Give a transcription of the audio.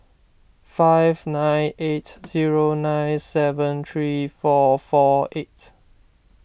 five nine eight zero nine seven three four four eight